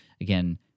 Again